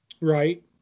Right